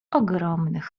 ogromnych